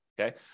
Okay